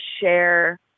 share